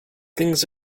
things